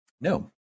No